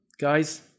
guys